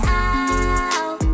out